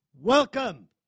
Welcome